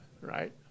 right